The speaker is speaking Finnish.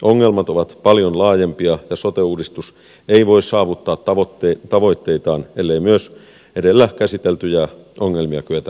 ongelmat ovat paljon laajempia ja sote uudistus ei voi saavuttaa tavoitteitaan ellei myös edellä käsiteltyjä ongelmia kyetä ratkaisemaan